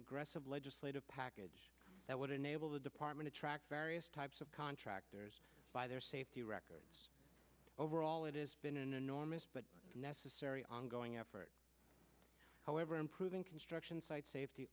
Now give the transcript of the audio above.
aggressive legislative package that would enable the department attract various types of contractors by their safety records overall it is been an enormous but necessary ongoing effort however improving construction site safety